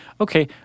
okay